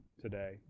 today